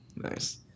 Nice